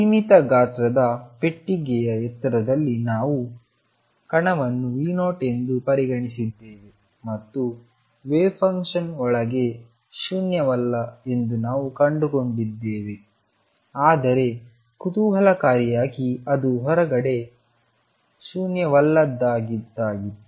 ಸೀಮಿತ ಗಾತ್ರದ ಪೆಟ್ಟಿಗೆಯ ಎತ್ತರದಲ್ಲಿ ನಾವು ಕಣವನ್ನು V0 ಎಂದು ಪರಿಗಣಿಸಿದ್ದೇವೆ ಮತ್ತು ವೇವ್ ಫಂಕ್ಷನ್ ಒಳಗೆ ಶೂನ್ಯವಲ್ಲ ಎಂದು ನಾವು ಕಂಡುಕೊಂಡಿದ್ದೇವೆ ಆದರೆ ಕುತೂಹಲಕಾರಿಯಾಗಿ ಅದು ಹೊರಗಡೆ ಶೂನ್ಯವಲ್ಲದದ್ದಾಗಿತ್ತು